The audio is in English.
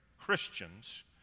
Christians